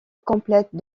complète